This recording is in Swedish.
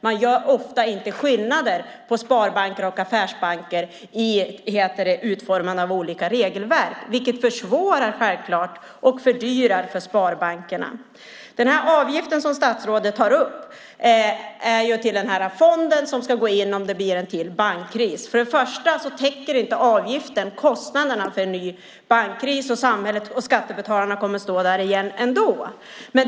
Ofta gör man inte skillnad på sparbanker och affärsbanker i utformandet av olika regelverk, vilket självfallet försvårar och fördyrar för sparbankerna. Den avgift som statsrådet tar upp är för den fond som ska gå in om det blir en ny bankkris. Till att börja med täcker avgiften inte kostnaderna för en ny bankkris, och skattebetalarna kommer att stå där igen.